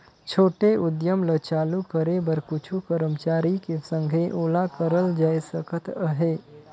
छोटे उद्यम ल चालू करे बर कुछु करमचारी के संघे ओला करल जाए सकत अहे